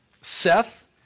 Seth